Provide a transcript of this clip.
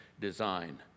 design